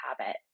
habit